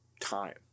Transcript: time